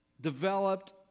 developed